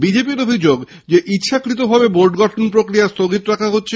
বিজেপির অভিযোগ ইচ্ছাকতভাবে বোর্ড গঠন প্রক্রিয়া স্থগিত রাখা হচ্ছে